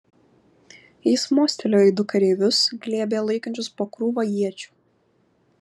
jis mostelėjo į du kareivius glėbyje laikančius po krūvą iečių